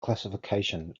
classification